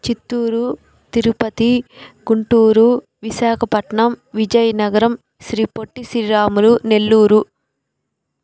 Chittoor Tirupati Guntur Visakhapatnam Vizianagaram Sri Potti Sriramulu Nellore